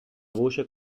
voce